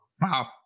Wow